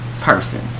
person